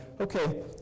Okay